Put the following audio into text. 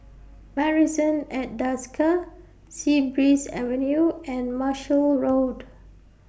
Marrison At Desker Sea Breeze Avenue and Marshall Road